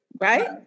right